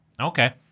Okay